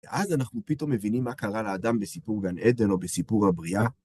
ואז, אנחנו פתאום מבינים מה קרה לאדם בסיפור גן עדן, או בסיפור הבריאה.